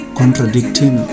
contradicting